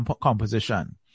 composition